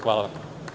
Hvala vam.